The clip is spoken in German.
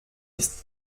ist